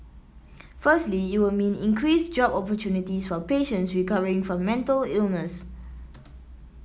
firstly it will mean increased job opportunities for patients recovering from mental illness